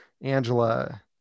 Angela